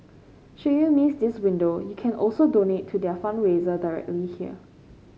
should you miss this window you can also donate to their fundraiser directly here